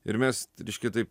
ir mes reiškia taip